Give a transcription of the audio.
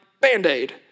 Band-Aid